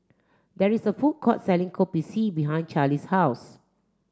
there is a food court selling Kopi C behind Charlie's house